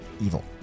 evil